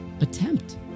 attempt